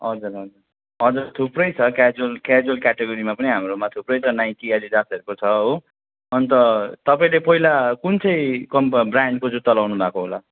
हजुर हजुर हजुर थुप्रै छ क्याजुयल क्याजुयल क्याटागोरीमा पनि हाम्रोमा थुप्रै छ नाइकी एडिडासहरूको छ हो अन्त तपाईँले पहिला कुन चाहिँ कम्प ब्रान्डको जुत्ता लाउनु भएको होला